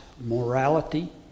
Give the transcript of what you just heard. morality